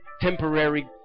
temporary